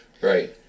right